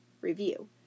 Review